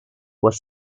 was